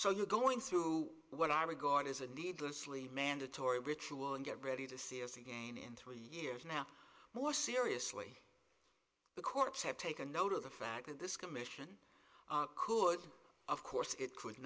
so you're going through what i regard as a needlessly mandatory ritual and get ready to see us again in three years now more seriously the courts have taken note of the fact that this commission courts of course it